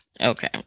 Okay